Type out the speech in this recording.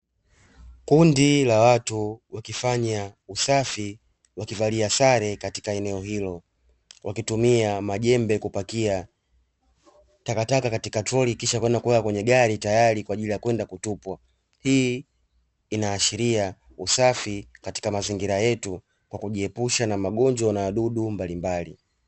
Kundi la watu wakifanya usafi, wakivalia sare katika eneo hilo; wakitumia majembe kupakia takataka katika tolori kisha kwenda kuweka kwenye gari tayari kwa ajili ya kwenda kutupwa, hii inaashiria usafi katika mazingira yetu kwa kujiepusha na magonjwa na wadudu mbalimbali.